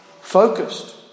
focused